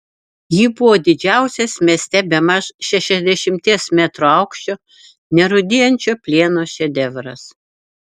ji buvo didžiausias mieste bemaž šešiasdešimties metrų aukščio nerūdijančio plieno šedevras